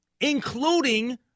including –